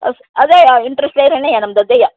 us ಅದೇ ನಮ್ದು ಅದೇ